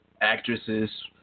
actresses